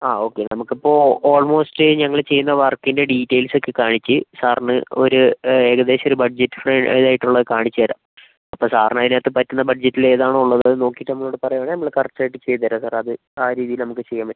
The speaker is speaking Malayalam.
ആ ഓക്കെ നമുക്കിപ്പോൾ ഓൾമോസ്റ്റ് ഞങ്ങള് ചെയ്യുന്ന വർക്കിൻ്റെ ഡീറ്റെയിൽസ് ഒക്കെ കാണിച്ചു സാറിന് ഒരു ഏകദേശം ഒരു ബഡ്ജറ്റ് ഇതായിട്ടുള്ളത് കാണിച്ചു തരാം അപ്പം സാറിനതിനകത്തു പറ്റുന്ന ബഡ്ജറ്റിൽ ഏതാണോ ഉള്ളത് അതു നോക്കിയിട്ട് നമ്മളോട് പറയുവാണേ നമ്മള് കറക്റ്റ് ആയിട്ട് ചെയ്തു തരാം സാർ ആ രീതിയിൽ നമുക്ക് ചെയ്യാൻ പറ്റും